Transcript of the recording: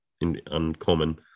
uncommon